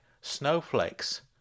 snowflakes